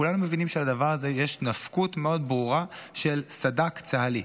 כולנו מבינים שלדבר הזה יש נפקות מאוד גדולה של סד"כ צה"לי.